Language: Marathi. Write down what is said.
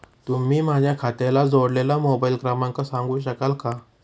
तुम्ही माझ्या खात्याला जोडलेला मोबाइल क्रमांक सांगू शकाल का?